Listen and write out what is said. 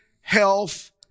health